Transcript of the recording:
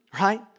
Right